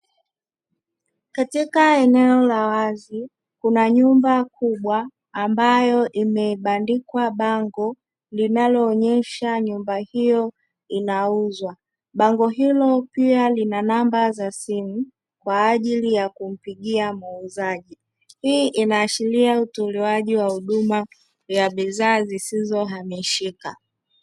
Katika eneo la wazi kuna nyumba kubwa ambayo imebandikwa bango linaloonyesha nyumba hiyo inauzwa, bango hilo pia lina namba za simu kwa ajili ya kumpigia muuzaji hii inaashiria utolewaji wa huduma ya bidhaa zisizo hamishika.